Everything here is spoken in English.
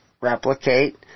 replicate